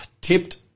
tipped